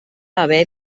haver